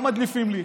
לא מדליפים לי,